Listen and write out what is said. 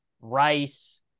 rice